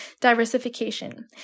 diversification